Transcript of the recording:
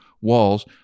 walls –